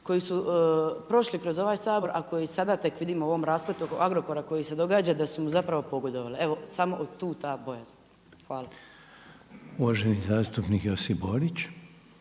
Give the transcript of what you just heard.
koji su prošli kroz ovaj Sabor ako i sada tek vidimo u ovom raspletu oko Agrokora koji se događa, da su mu zapravo pogodovali, evo samo tu ta bojazan. Hvala. **Reiner, Željko